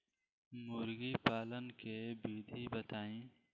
मुर्गीपालन के विधी बताई?